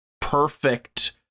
perfect